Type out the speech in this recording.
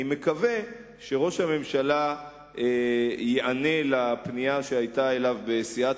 אני מקווה שראש הממשלה ייענה לפנייה שהיתה אליו בסיעת